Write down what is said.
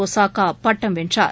Osaka பட்டம் வென்றார்